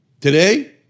today